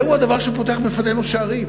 זהו הדבר שפותח בפנינו שערים.